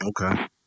Okay